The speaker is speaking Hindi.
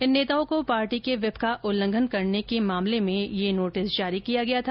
इन नेताओं को पार्टी के व्हीप का उल्लंघन करने के मामले नोटिस जारी किया गया था